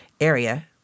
area